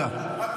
ב-8 במרץ -- תודה.